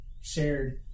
shared